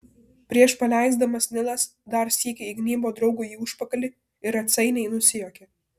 prieš paleisdamas nilas dar sykį įgnybo draugui į užpakalį ir atsainiai nusijuokė